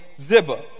Ziba